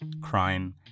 Crime